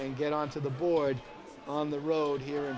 and get on to the board on the road here